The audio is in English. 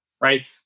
right